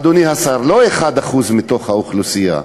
אדוני השר, לא 1% מתוך האוכלוסייה.